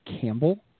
Campbell